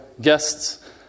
guests